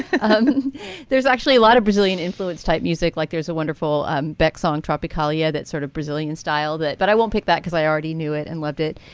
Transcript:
ah um and there's actually a lot of brazilian influence type music, like there's a wonderful becque song, tropicalia, that sort of brazilian style that. but i won't pick that because i already knew it and loved it.